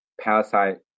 parasite